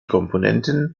komponenten